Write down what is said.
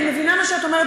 אני מבינה מה שאת אומרת,